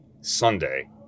sunday